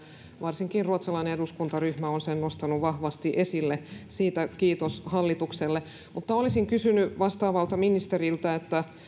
varsinkin ruotsalainen eduskuntaryhmä on sen nostanut vahvasti esille siitä kiitos hallitukselle mutta olisin kysynyt vastaavalta ministeriltä